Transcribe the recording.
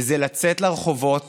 וזה לצאת לרחובות